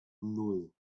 nan